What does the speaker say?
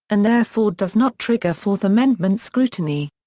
and therefore does not trigger fourth amendment scrutiny.